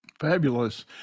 Fabulous